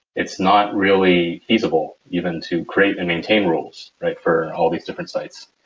it's not really feasible even to create and maintain rules for all these different sites.